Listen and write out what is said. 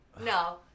No